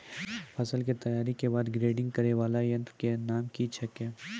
फसल के तैयारी के बाद ग्रेडिंग करै वाला यंत्र के नाम की छेकै?